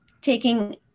taking